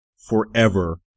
forever